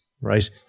right